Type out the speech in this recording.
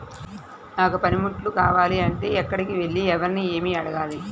నాకు పనిముట్లు కావాలి అంటే ఎక్కడికి వెళ్లి ఎవరిని ఏమి అడగాలి?